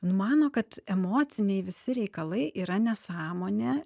nu mano kad emociniai visi reikalai yra nesąmonė